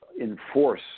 enforce